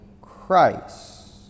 Christ